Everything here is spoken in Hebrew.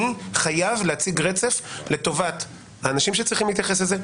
אני חייב להציג רצף לטובת האנשים שצריכים להתייחס לזה,